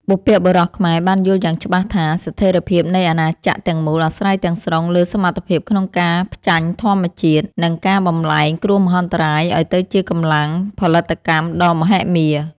បុព្វបុរសខ្មែរបានយល់យ៉ាងច្បាស់ថា ស្ថិរភាពនៃអាណាចក្រទាំងមូលអាស្រ័យទាំងស្រុងលើសមត្ថភាពក្នុងការផ្ចាញ់ធម្មជាតិ និងការបំប្លែងគ្រោះមហន្តរាយឱ្យទៅជាកម្លាំងផលិតកម្មដ៏មហិមា។